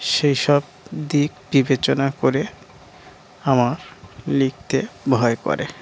সেই সব দিক বিবেচনা করে আমার লিখতে ভয় করে